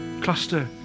cluster